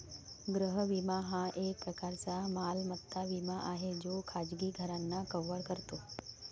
गृह विमा हा एक प्रकारचा मालमत्ता विमा आहे जो खाजगी घरांना कव्हर करतो